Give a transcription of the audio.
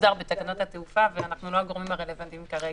מוסדר בתקנות התעופה ואנחנו לא הגורמים הרלוונטיים כרגע.